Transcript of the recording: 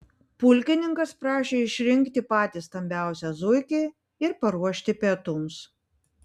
pulkininkas prašė išrinkti patį stambiausią zuikį ir paruošti pietums